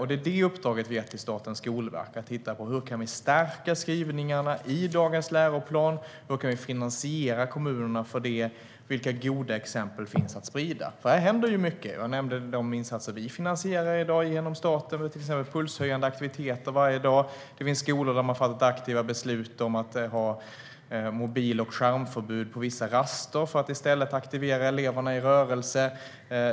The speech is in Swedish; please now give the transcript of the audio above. Det är det uppdraget vi har gett till Statens skolverk - att titta på hur vi kan stärka skrivningarna i dagens läroplan, hur vi kan finansiera kommunerna för det och vilka goda exempel som finns att sprida. Här händer nämligen mycket. Jag nämnde de insatser vi genom staten finansierar i dag, till exempel pulshöjande aktiviteter varje dag. Det finns skolor där man har fattat ett aktivt beslut om att ha mobil och skärmförbud på vissa raster för att i stället aktivera eleverna i rörelse.